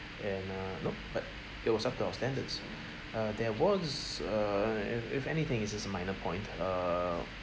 and uh nope but it was up to our standards uh there was err if if anything it's just a minor point err